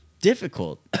Difficult